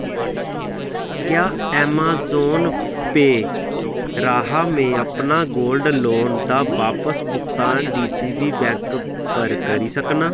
क्या ऐमाजोन पेऽ राहें में अपना गोल्ड लोन दा बापस भुगतान डीसीबी बैंक पर करी सकनां